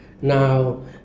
now